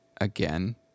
again